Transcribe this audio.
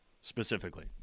specifically